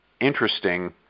interesting